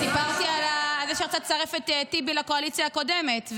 סיפרתי על זה שהיא רצתה לצרף את טיבי לקואליציה הקודמת,